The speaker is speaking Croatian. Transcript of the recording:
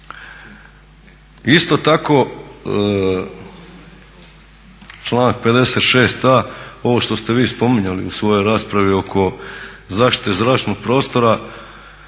Isto tako članak 56.a ovo što ste vi spominjali u svojoj raspravi oko zaštite zračnog prostora,